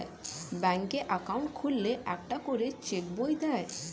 ব্যাঙ্কে অ্যাকাউন্ট খুললে একটা করে চেক বই দেয়